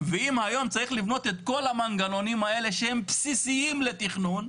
ואם היום צריך לבנות את כל המנגנונים האלה שהם בסיסיים לתכנון,